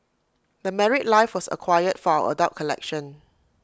the married life was acquired for our adult collection